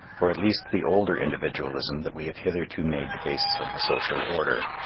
or at least the older individualism that we have hitherto made the basis of the social order.